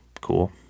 cool